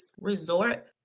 resort